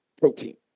protein